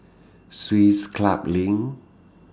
Swiss Club LINK